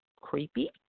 creepy